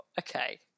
Okay